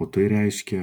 o tai reiškia